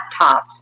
laptops